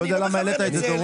אני לא יודע למה העלית את זה.